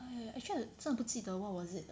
eh actually 真的不记得 what was it